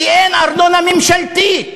כי אין ארנונה ממשלתית.